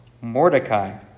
Mordecai